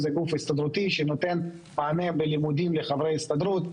זה גוף הסתדרותי שנותן מענה בלימודים לחברי הסתדרות,